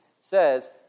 says